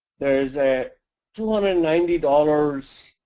there's a two hundred and ninety dollars.